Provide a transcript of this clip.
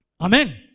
Amen